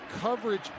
coverage